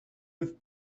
with